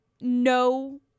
no